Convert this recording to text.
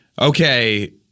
Okay